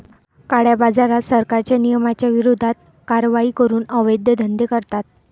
काळ्याबाजारात, सरकारच्या नियमांच्या विरोधात कारवाई करून अवैध धंदे करतात